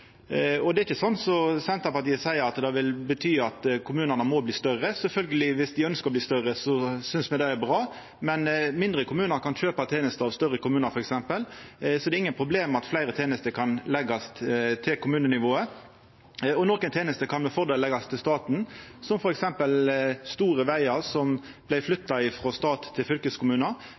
Det er ikkje sånn som Senterpartiet seier, at det vil bety at kommunane må bli større. Viss dei ønskjer å bli større, synest me sjølvsagt det er bra, men mindre kommunar kan f.eks. kjøpa tenester av større kommunar, så det er ikkje noko problem at fleire tenester kan leggjast til kommunenivået. Nokon tenester kan med fordel leggjast til staten, som f.eks. store vegar, som vart flytta frå stat til